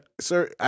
sir